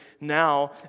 now